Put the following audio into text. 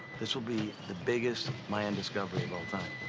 this will be the biggest mayan discovery of all time.